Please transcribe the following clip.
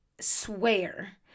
swear